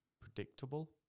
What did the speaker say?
predictable